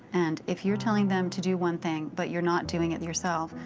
and if you're telling them to do one thing but you're not doing it yourself,